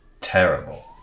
terrible